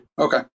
Okay